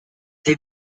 they